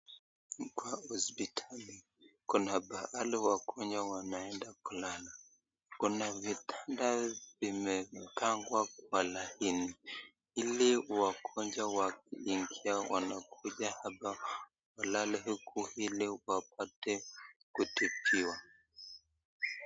Hapa hospitali. Kuna pahali wagonjwa wanenda kulala. Kuna vitanda vimeoangwa kwa laini hili wakonjwa wakikuja hapa kulala huku hili wapate kutibiwa.